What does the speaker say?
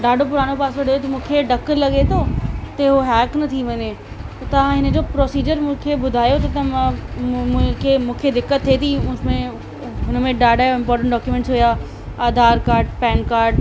ॾाढो पुराणो पासवड आहे जो मूंखे ड्पु लॻे थो त उहो हैक न थी वञे त तव्हां हिन जो प्रोसीजर मूंखे ॿुधायो त त मां मूंखे दिक़त थिए उहा में हुन में डाढा इंपोटेंट डोक्यूमेंट्स हुआ आधार काड पैन काड